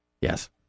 Yes